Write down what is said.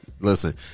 listen